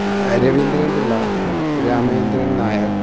Raveendran Pillai Ramachandran Nair